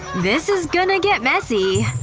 this is gonna get messy.